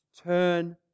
Turn